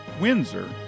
Windsor